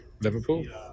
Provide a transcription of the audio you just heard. Liverpool